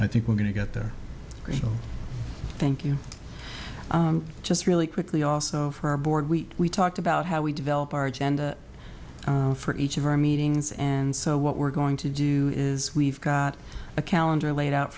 i think we're going to get there thank you just really quickly also for our board week we talked about how we develop our agenda for each of our meetings and so what we're going to do is we've got a calendar laid out